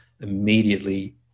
immediately